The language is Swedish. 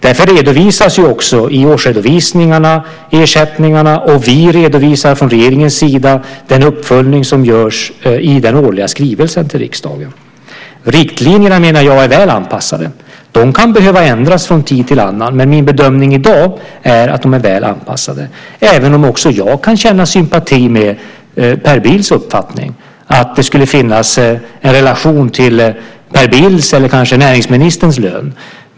Därför redovisas ersättningarna i årsredovisningarna, och från regeringens sida redovisar vi i den årliga skrivelsen till riksdagen den uppföljning som görs. Riktlinjerna är, menar jag, väl anpassade. De kan behöva ändras från tid till annan, men min bedömning i dag är att de är väl anpassade, även om också jag kan känna sympati för Per Bills uppfattning att det skulle finnas en relation till Per Bills eller kanske till näringsministerns lön.